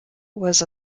was